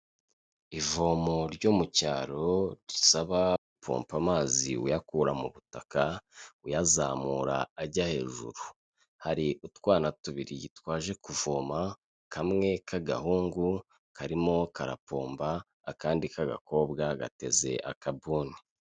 Ivomo ryo mu cyaro risaba gupompa amazi uyakura mu butaka uyazamura ajya hejuru. Hari utwana tubiri twaje kuvoma kamwe k'agahungu karimo karapomba, akandi k'agakobwa gateze akabuni.